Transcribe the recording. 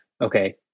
okay